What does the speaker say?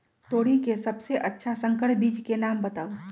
तोरी के सबसे अच्छा संकर बीज के नाम बताऊ?